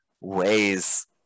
ways